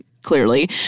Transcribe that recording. clearly